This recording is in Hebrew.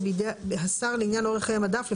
מידה שעלולה לגרום בתקינות המזון או בטיחותו.